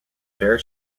fair